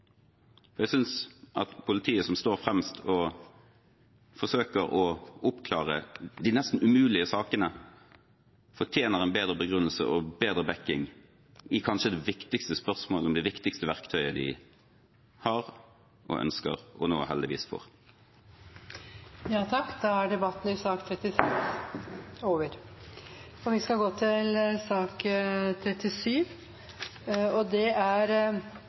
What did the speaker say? Jeg synes at politiet som står fremst og forsøker å oppklare de nesten umulige sakene, fortjener en bedre begrunnelse og bedre bakking i kanskje det viktigste spørsmålet om det viktigste verktøyet de har og ønsker og nå heldigvis får. Flere har ikke bedt om ordet til sak nr. 36. Etter ønske fra justiskomiteen vil presidenten ordne debatten slik: 3 minutter til hver partigruppe og